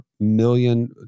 Million